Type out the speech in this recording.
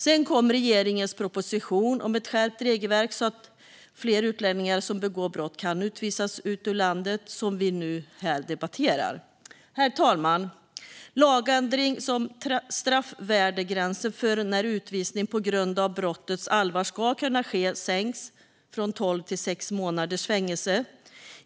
Sedan kom regeringens proposition om ett skärpt regelverk så att fler utlänningar som begår brott kan utvisas ur landet, och det är den som vi nu debatterar här. Herr talman! Lagändringen innebär att straffvärdegränsen för när utvisning på grund av brottets allvar ska kunna ske sänks från tolv till sex månaders fängelse.